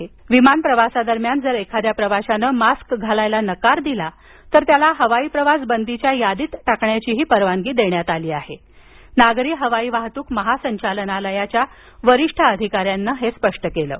तसंच विमान प्रवासादरम्यान जर एखाद्या प्रवाशाने मास्क घालण्यास नकार दिला तर त्याला हवाई प्रवास बंदीच्या यादीत टाकण्याचीही परवानगी असेल अस नागरी हवाई वाहतूक महा संचालनालयाच्या वरिष्ठ अधिकाऱ्यानं म्हटलं आहे